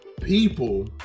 people